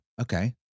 Okay